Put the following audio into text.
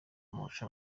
amurusha